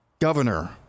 governor